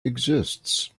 exists